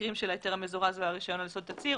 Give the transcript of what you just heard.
במקרים של ההיתר המזורז והרישיון על יסוד תצהיר,